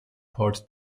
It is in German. part